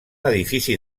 edifici